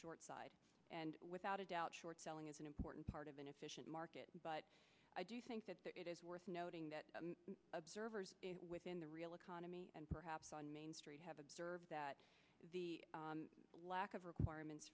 short side and without a doubt short selling is an important part of an efficient market but i do think that it is worth noting that observers within the real economy and perhaps on main street have observed that the lack of requirements